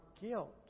guilt